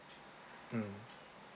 mm